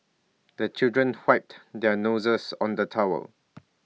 the children wiped their noses on the towel